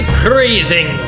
praising